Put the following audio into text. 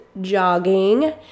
jogging